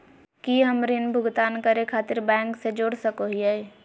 की हम ऋण भुगतान करे खातिर बैंक से जोड़ सको हियै?